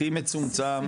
הכי מצומצם,